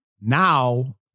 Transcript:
Now